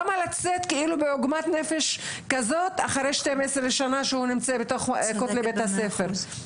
למה לצאת בכזו עוגמת נפש אחרי 12 שנה שהוא נמצא בתוך כתלי בית הספר.